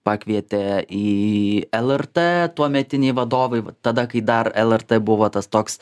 pakvietė į el er t tuometiniai vadovai vat tada kai dar el er t buvo tas toks